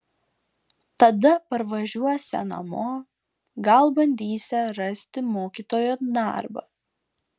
tada parvažiuosią namo gal bandysią rasti mokytojo darbą